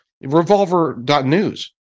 Revolver.news